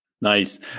Nice